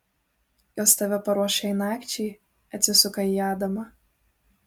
jos tave paruoš šiai nakčiai atsisuka į adamą